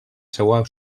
seua